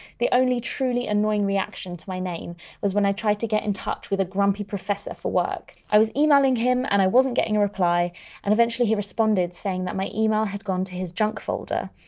the only truly annoying reaction to my name was when i tried to get in touch with a grumpy professor for work. i was emailing him and i wasn't getting a reply and eventually he responded saying that my email had gone to his junk folder,